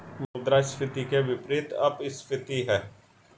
मुद्रास्फीति के विपरीत अपस्फीति है